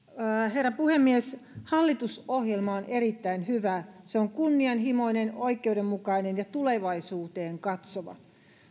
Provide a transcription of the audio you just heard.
herra puhemies hallitusohjelma on erittäin hyvä se on kunnianhimoinen oikeudenmukainen ja tulevaisuuteen katsova